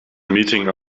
meeting